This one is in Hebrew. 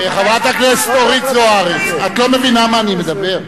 חברת הכנסת אורית זוארץ, את לא מבינה מה אני מדבר?